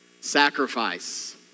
Sacrifice